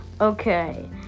Okay